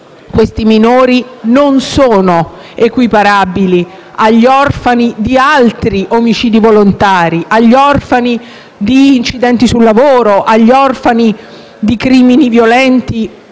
questi minori non sono equiparabili agli orfani di altri omicidi volontari, agli orfani di incidenti sul lavoro, agli orfani di crimini violenti